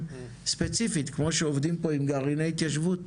ספציפית כמו שעובדים פה עם גרעיני התיישבות,